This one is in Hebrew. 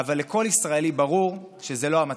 אבל לכל ישראלי ברור שזה לא המצב.